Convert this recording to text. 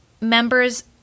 members